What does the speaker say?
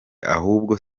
ahubwo